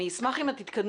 אני אשמח אם את תתקדמי,